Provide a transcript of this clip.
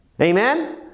Amen